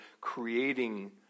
creating